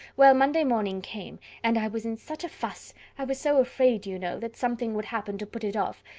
well, monday morning came, and i was in such a fuss! i was so afraid, you know, that something would happen to put it off,